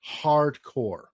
hardcore